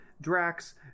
Drax